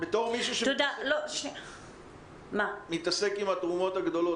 בתור מי שמתעסק עם התרומות הגדולות,